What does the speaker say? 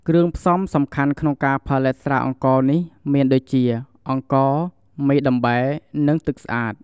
គ្រឿងផ្សំសំខាន់ក្នុងការផលិតស្រាអង្ករនេះមានដូចជា អង្ករ មេដំបែ និងទឹកស្អាត។